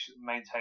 maintain